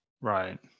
right